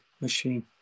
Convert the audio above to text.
machine